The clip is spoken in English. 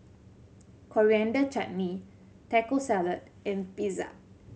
Coriander Chutney Taco Salad and Pizza